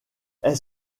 est